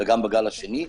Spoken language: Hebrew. גם בגל השני.